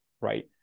right